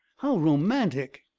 how romantic!